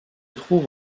trouve